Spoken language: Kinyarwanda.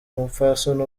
umupfasoni